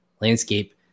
landscape